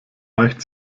weicht